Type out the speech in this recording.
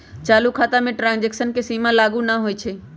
चालू खता में ट्रांजैक्शन के सीमा लागू न होइ छै